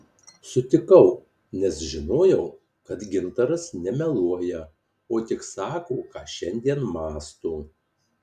sutikau nes žinojau kad gintaras nemeluoja o tik sako ką šiandien mąsto